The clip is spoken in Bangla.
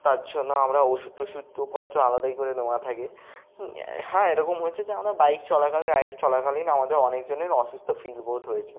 তার জন্য আমরা ওষুধ টোষুধ ওষুধপত্র আলাদাই করে নেওয়া থাকে হ্যাঁ এরকম হয়েছে যে আমরা বাইক চলাকালীন রাইড চলাকালীন আমাদের অনেকজনের অসুস্থ ফিল বোধ হয়েছে